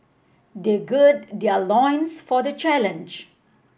they gird their loins for the challenge